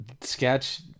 Sketch